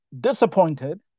disappointed